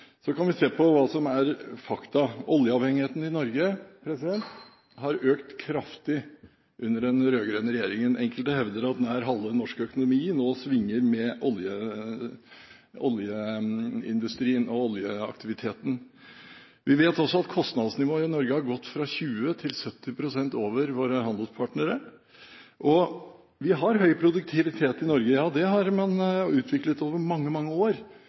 Så kan vi se på hva som er fakta. Oljeavhengigheten i Norge har økt kraftig under den rød-grønne regjeringen – enkelte hevder at den er halve den norske økonomien som nå svinger med oljeindustrien og oljeaktiviteten. Vi vet også at kostnadsnivået i Norge har gått fra 20 pst. til 70 pst. over våre handelspartnere. Vi har høy produktivitet i Norge – ja, det har man utviklet over mange, mange år.